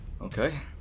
Okay